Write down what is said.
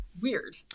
weird